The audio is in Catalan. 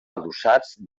adossats